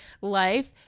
life